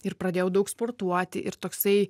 ir pradėjau daug sportuoti ir toksai